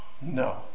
no